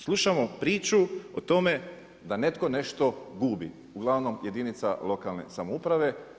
Slušamo priču o tome da netko nešto gubi, uglavnom jedinica lokalne samouprave.